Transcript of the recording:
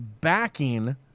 backing